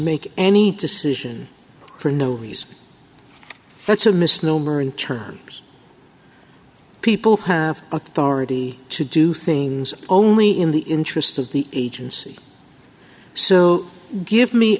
make any decision for no reason that's a misnomer in terms of people have authority to do things only in the interest of the agency so give me